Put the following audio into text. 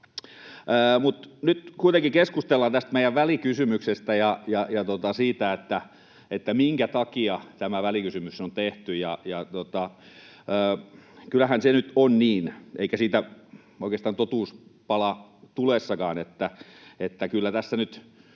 Nyt kuitenkin keskustellaan tästä meidän välikysymyksestä ja siitä, minkä takia tämä välikysymys on tehty. Kyllähän nyt on niin, eikä totuus pala oikeastaan tulessakaan, että tässä